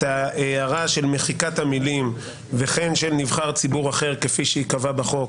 את ההערה של מחיקת המילים "וכן של נבחר ציבור אחר כפי שייקבע בחוק",